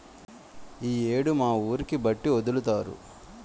ఈ యేడు మా ఊరికి బట్టి ఒదులుతారు